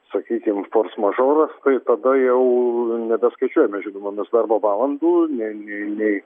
sakykim fors mažoras tai tada jau nebeskaičiuojame žinoma mes darbo valandų nei nei nei